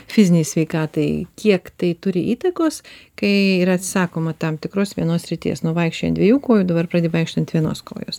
fizinei sveikatai kiek tai turi įtakos kai yra atsisakoma tam tikros vienos srities nu vaikščiojai ant dviejų kojų dabar pradedi vaikščiot ant vienos kojos